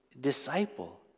disciple